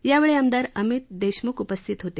यावेळी आमदार अमित देशमुख उपस्थित होते